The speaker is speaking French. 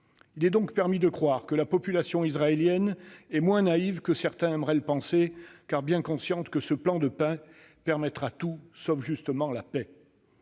Il est donc permis de croire que la population israélienne est moins naïve que certains aimeraient le penser, car bien consciente que ce plan de paix permettra tout sauf, justement, la paix.